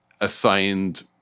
assigned